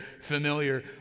familiar